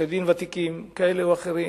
עורכי-דין ותיקים כאלה או אחרים,